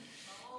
ברור.